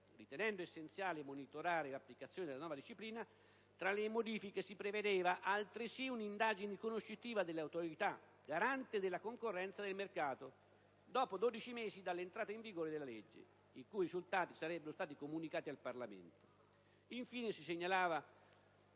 Ritenendo essenziale monitorare l'applicazione della nuova disciplina, tra le modifiche si prevedeva altresì un'indagine conoscitiva dell'Autorità garante della concorrenza e del mercato, dopo dodici mesi dalla data di entrata in vigore della legge, i cui risultati sarebbero stati comunicati al Parlamento. Infine, si segnalava